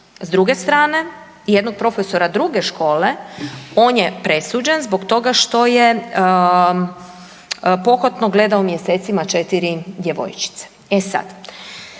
S druge strane jednog profesora druge škole, on je presuđen zbog toga što je pohotno gledao mjesecima 4 djevojčice. E sad,